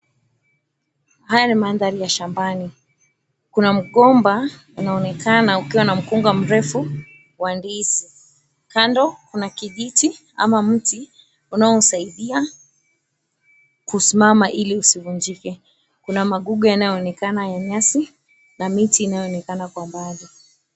Haya ni mandhari ya shambani. Kuna mgomba unaonekana ukiwa na mkunga mrefu wa ndizi. Kando kuna kijiti ama mti unaosaidia kusimama ili usivunjike. Kuna magugu yanayoonekana ya nyasi na miti inayoonekana kwa mbali.